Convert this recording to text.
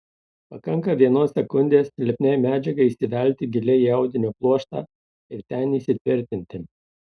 pakanka vienos sekundės lipniai medžiagai įsivelti giliai į audinio pluoštą ir ten įsitvirtinti